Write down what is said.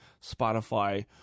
Spotify